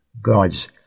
God's